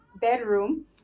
bedroom